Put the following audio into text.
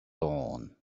dawn